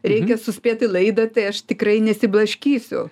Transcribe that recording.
reikia suspėt į laidą tai aš tikrai nesiblaškysiu